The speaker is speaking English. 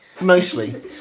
Mostly